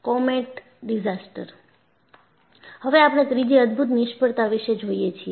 comet disaster હવે આપણે ત્રીજી અદ્ભુત નિષ્ફળતા વિશે જોઈએ છીએ